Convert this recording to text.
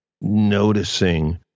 noticing